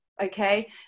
Okay